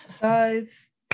Guys